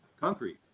concrete